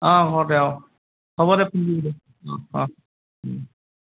অঁ হ'ব দে অঁ হ'ব দে ফোন কৰিবি দে অঁ অঁ